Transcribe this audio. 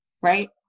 right